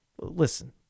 listen